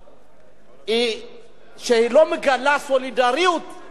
שלא מגלה סולידריות למצוקות של האנשים,